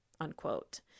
unquote